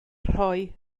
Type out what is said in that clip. rhoi